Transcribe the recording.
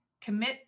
commit